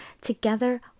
Together